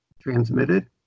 transmitted